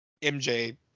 MJ